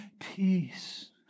peace